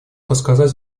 рассказать